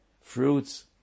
fruits